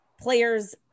players